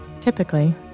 Typically